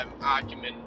argument